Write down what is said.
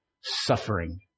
suffering